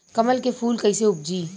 कमल के फूल कईसे उपजी?